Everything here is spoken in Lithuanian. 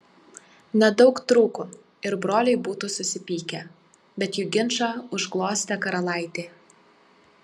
nedaug trūko ir broliai būtų susipykę bet jų ginčą užglostė karalaitė